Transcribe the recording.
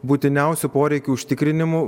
būtiniausių poreikių užtikrinimu